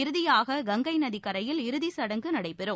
இறுதியாக கங்கை நதிக் கரையில் இறுதிச் சடங்கு நடைபெறும்